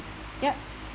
ya